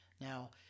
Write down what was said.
Now